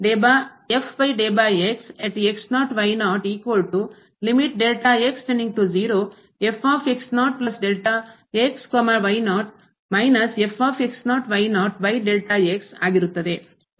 ಆಗಿರುತ್ತದೆ